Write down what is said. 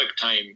time